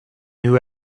new